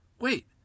Wait